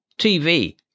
TV